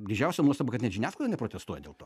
didžiausia nuostaba kad net žiniasklaida neprotestuoja dėl to